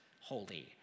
holy